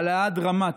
העלאה דרמטית,